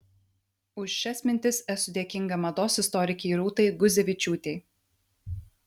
už šias mintis esu dėkinga mados istorikei rūtai guzevičiūtei